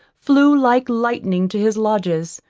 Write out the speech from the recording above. flew like lightning to his lodgings.